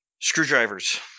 screwdrivers